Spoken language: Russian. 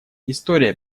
история